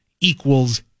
equals